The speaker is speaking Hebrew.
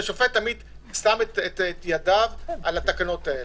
השופט עמית שם ידיו על התקנות האלה.